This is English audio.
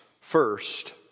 First